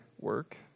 work